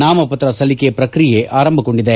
ನಾಮಪತ್ರ ಸಲ್ಲಿಕೆ ಪ್ರಕ್ರಿಯೆ ಆರಂಭಗೊಂಡಿದೆ